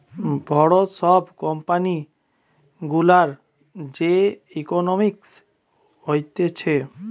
বড় সব কোম্পানি গুলার যে ইকোনোমিক্স হতিছে